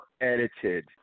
edited